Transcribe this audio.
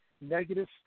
negative